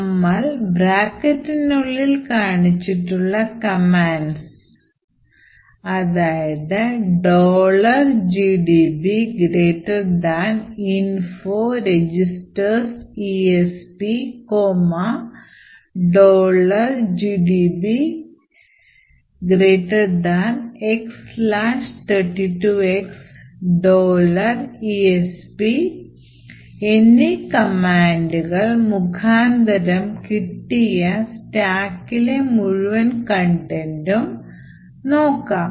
നമുക്ക് ബ്രാക്കറ്റിനുള്ളിൽ കാണിച്ചിട്ടുള്ള commands gdb info registers esp gdb x32x esp മുഖാന്തരം കിട്ടിയ stackലെ മുഴുവൻ content ഉം നോക്കാം